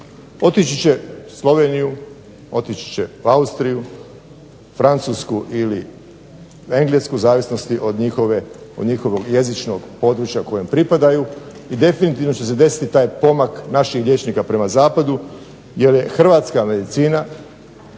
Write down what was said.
Otići će u Sloveniju, otići će u Austriju, Francusku ili Englesku, zavisnosti od njihovog jezičnog područja kojem pripadaju, i definitivno će se desiti taj pomak naših liječnika prema zapadu, jer je hrvatska medicina,